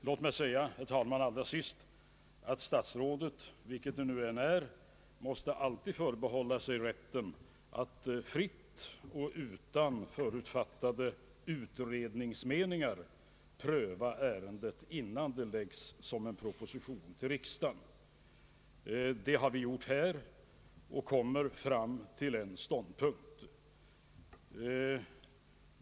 Låt mig, herr talman, till allra sist säga att ett statsråd, vilket det än må vara, alltid måste förbehålla sig rätten att fritt och utan förutfattade utredningsmeningar pröva varje fråga, innan den framlägges som en proposition till riksdagen. Det har vi gjort här och kommit fram till en ståndpunkt.